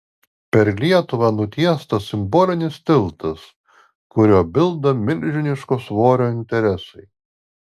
per lietuvą nutiestas simbolinis tiltas kuriuo bilda milžiniško svorio interesai